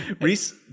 Reese